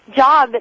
job